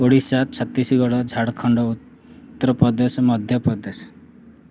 Odisha Chhattisgarh Jharkhand Uttar Pradesh Madhya Pradesh